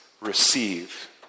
receive